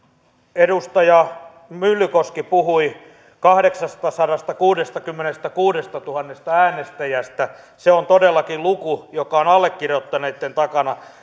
edustaja myllykoski puhui kahdeksastasadastakuudestakymmenestäkuudestatuhannesta äänestäjästä se on todellakin luku joka on allekirjoittaneitten takana